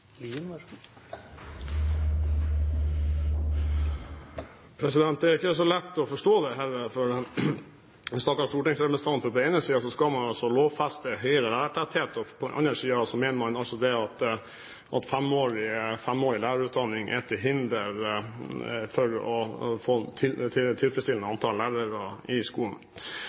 ikke så lett å forstå dette for en stakkars stortingsrepresentant. På den ene siden skal man lovfeste høyere lærertetthet, og på den andre siden mener man at femårig lærerutdanning er til hinder for å få tilfredsstillende antall lærere i skolen.